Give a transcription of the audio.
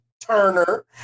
Turner